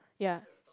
ya